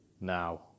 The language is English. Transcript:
Now